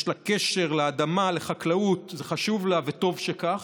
יש לה קשר לאדמה, לחקלאות, זה חשוב לה, וטוב שכך,